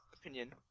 opinion